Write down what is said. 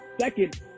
second